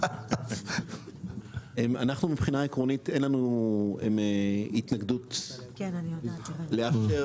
מבחינה עקרונית, אין לנו התנגדות לאפשר